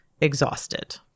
exhausted